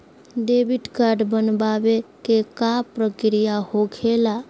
Debit card बनवाने के का प्रक्रिया होखेला?